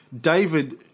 David